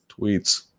tweets